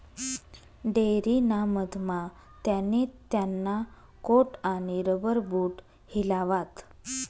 dairy ना मधमा त्याने त्याना कोट आणि रबर बूट हिलावात